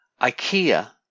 IKEA